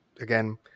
Again